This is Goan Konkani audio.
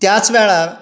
त्याच वेळार